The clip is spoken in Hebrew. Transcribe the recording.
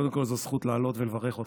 קודם כול זו זכות לעלות ולברך אותך.